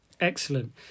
Excellent